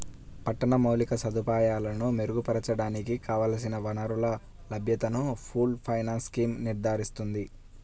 పట్టణ మౌలిక సదుపాయాలను మెరుగుపరచడానికి కావలసిన వనరుల లభ్యతను పూల్డ్ ఫైనాన్స్ స్కీమ్ నిర్ధారిస్తుంది